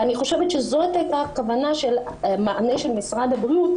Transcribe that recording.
ואני חושבת שזאת הייתה הכוונה של המענה של משרד הבריאות,